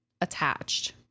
attached